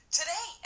today